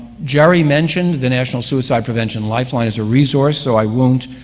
jerry mentioned the national suicide prevention lifeline as a resource, so i won't